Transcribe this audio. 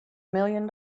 million